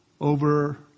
over